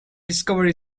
discovery